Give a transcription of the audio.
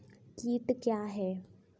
कीट क्या है?